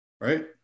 Right